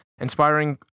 inspiring